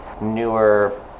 newer